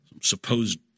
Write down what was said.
Supposed